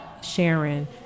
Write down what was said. Sharon